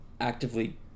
actively